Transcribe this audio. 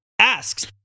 asks